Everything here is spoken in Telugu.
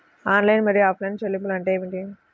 ఆన్లైన్ మరియు ఆఫ్లైన్ చెల్లింపులు అంటే ఏమిటి?